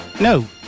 No